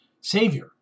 savior